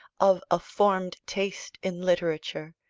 of a formed taste in literature,